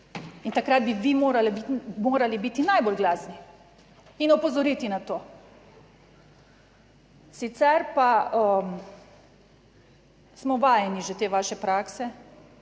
takrat bi vi morali biti najbolj glasni in opozoriti na to. Sicer pa smo vajeni že te vaše prakse,